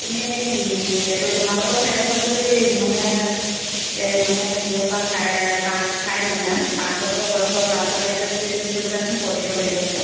তুমি হেৰি এইটো তোমালোকৰ সেইডোখৰত যদি মানে এই মানে জিৰ'ৰপৰা পাঁচ ফাইভ মানে আৰু পাঁচ বছৰ বয়সৰ ল'ৰা ছোৱালী আছে যদি তুমি কৈ দিবাচোন পলিঅ' হেৰি আছে